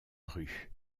rue